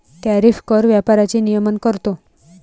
tariff कर व्यापाराचे नियमन करतो